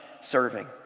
serving